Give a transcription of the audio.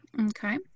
okay